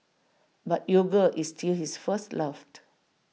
but yoga is still his first love